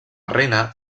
reina